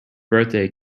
birthday